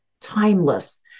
timeless